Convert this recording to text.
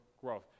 growth